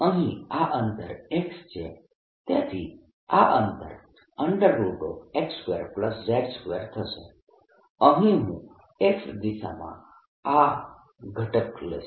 અહીં આ અંતર x છે તેથી આ અંતર x2z2 થશે અને હું X દિશામાં આ ઘટક લઈશ